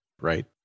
right